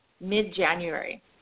mid-January